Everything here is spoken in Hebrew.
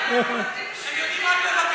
הם יודעים רק לדבר,